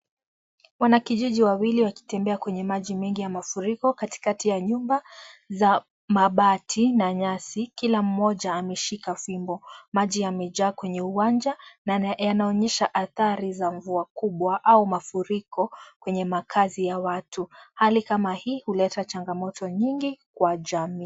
Wanakijiji wawili wakitembea kwenye maji mengi ya mafuriko katikati ya nyumba za mabati na nyasi. Kila mmoja ameshika fimbo. Maji yamejaa kwenye uwanja na yanaonyesha adhari za muvua kubwa au mafuriko kwenye makazi ya watu. Hali kama hii huleta changamoto nyingi kwa jamii.